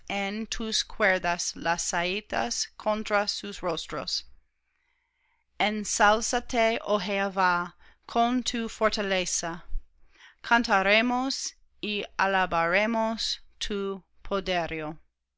tus cuerdas las saetas contra sus rostros ensálzate oh jehová con tu fortaleza cantaremos y alabaremos tu